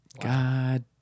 god